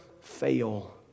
fail